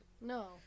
No